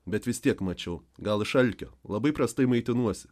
bet vis tiek mačiau gal iš alkio labai prastai maitinuosi